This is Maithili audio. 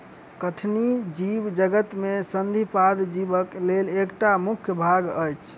कठिनी जीवजगत में संधिपाद जीवक लेल एकटा मुख्य भाग अछि